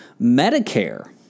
Medicare